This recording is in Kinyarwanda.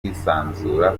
kwisanzura